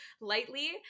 lightly